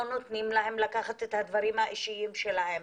נותנים להם לקחת את הדברים האישיים שלהם,